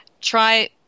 try